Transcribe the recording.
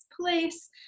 place